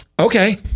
Okay